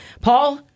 Paul